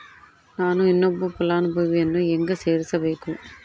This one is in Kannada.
ನಾನು ಇನ್ನೊಬ್ಬ ಫಲಾನುಭವಿಯನ್ನು ಹೆಂಗ ಸೇರಿಸಬೇಕು?